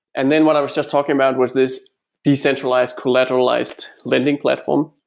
and then what i was just talking about was this decentralized, collateralized lending platform.